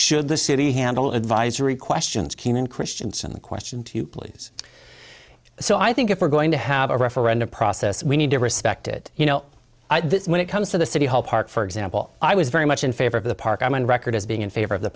should the city handle advisory questions keenan christianson the question to you please so i think if we're going to have a referendum process we need to respect it you know when it comes to the city hall park for example i was very much in favor of the park i'm on record as being in favor of the